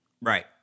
Right